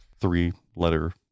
three-letter